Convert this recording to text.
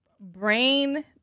brain